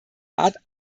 art